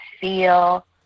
feel